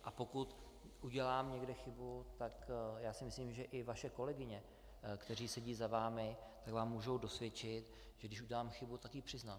A pokud udělám někde chybu, tak si myslím, že i vaše kolegyně, které sedí za vámi, vám mohou dosvědčit, že když udělám chybu, tak ji přiznám.